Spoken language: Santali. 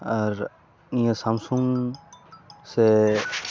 ᱟᱨ ᱱᱤᱭᱟᱹ ᱥᱟᱢᱥᱩᱝ ᱥᱮ